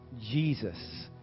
Jesus